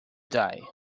die